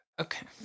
Okay